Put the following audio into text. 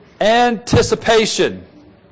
Anticipation